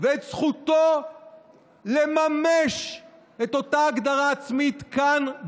ואת זכותו לממש את אותה הגדרה עצמית כאן,